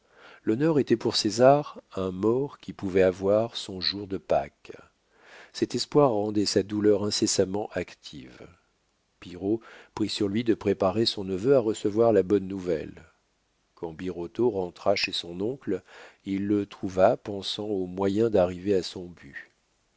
l'honneur était pour césar un mort qui pouvait avoir son jour de pâques cet espoir rendait sa douleur incessamment active pillerault prit sur lui de préparer son neveu à recevoir la bonne nouvelle quand birotteau entra chez son oncle il le trouva pensant aux moyens d'arriver à son but